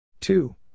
two